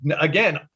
Again